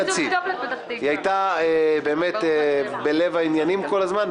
היא היתה באמת בלב העניינים כל הזמן,